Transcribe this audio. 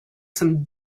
some